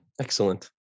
Excellent